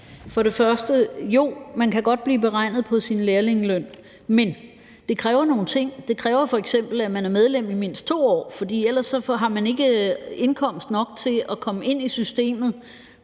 vil jeg sige: Jo, det kan godt blive beregnet i forhold til ens lærlingeløn, men det kræver nogle ting. Det kræver f.eks., at man er medlem i mindst 2 år, for ellers har man ikke indkomst nok til at komme ind i systemet